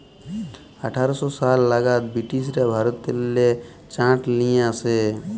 আঠার শ সাল লাগাদ বিরটিশরা ভারতেল্লে চাঁট লিয়ে আসে